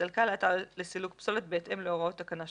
יסלקה לאתר לסילוק פסולת בהתאם להוראות תקנה 13: